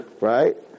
right